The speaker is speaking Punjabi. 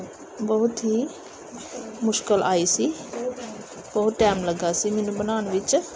ਬਹੁਤ ਹੀ ਮੁਸ਼ਕਿਲ ਆਈ ਸੀ ਬਹੁਤ ਟਾਈਮ ਲੱਗਾ ਸੀ ਮੈਨੂੰ ਬਣਾਉਣ ਵਿੱਚ